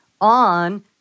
on